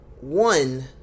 one